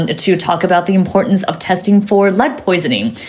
and to talk about the importance of testing for lead poisoning.